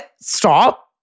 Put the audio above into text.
stop